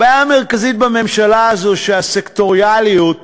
הבעיה המרכזית בממשלה הזאת היא שהסקטוריאליות